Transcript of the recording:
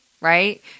right